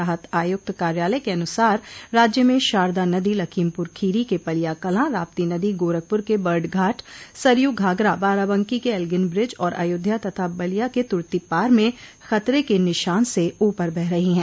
राहत आयुक्त कार्यालय के अनुसार राज्य में शारदा नदी लखीमपुर खीरी के पलियाकला राप्ती नदी गोरखपुर के बर्डघाट सरयू घाघरा बाराबंकी के एल्गिन बिज और अयोध्या तथा बलिया के तुतीपार में खतरे के निशान से ऊपर बह रही है